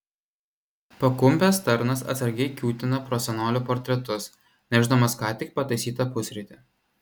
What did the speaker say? pakumpęs tarnas atsargiai kiūtina pro senolių portretus nešdamas ką tik pataisytą pusrytį